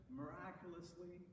miraculously